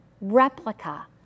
replica